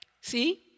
see